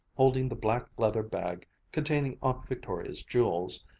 holding the black leather bag containing aunt victoria's jewels,